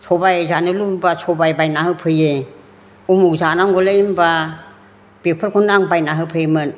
सबाइ जानो लुबैबा सबाइ बायनानै होफैयो उमुक जानांगौलै होनबा बेफोरखौनो आं बायना होफैयोमोन